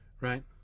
Right